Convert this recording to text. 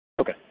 Okay